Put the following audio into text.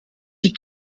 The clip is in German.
die